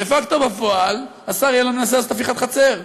דה-פקטו, בפועל, השר יעלון מנסה לעשות הפיכת חצר.